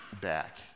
back